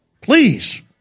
please